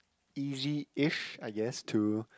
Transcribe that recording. easy ish I guess to